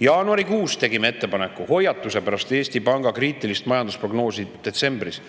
Jaanuarikuus tegime ettepaneku, hoiatuse pärast Eesti Panga kriitilist majandusprognoosi detsembris: